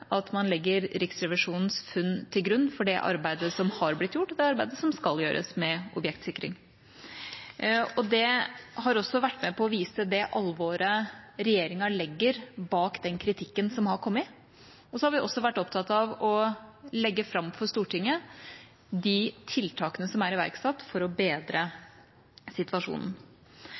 at man legger Riksrevisjonens funn til grunn for det arbeidet som har blitt gjort, og det arbeidet som skal gjøres, med objektsikring. Det har vært med på å vise det alvoret regjeringa legger bak den kritikken som har kommet. Så har vi også vært opptatt av å legge fram for Stortinget de tiltakene som er iverksatt for å bedre situasjonen.